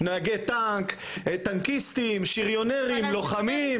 נהגי טנק, טנקיסטים, שריונרים, לוחמים.